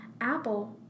apple